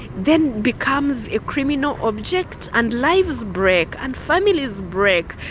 then becomes a criminal object and lives break, and families break,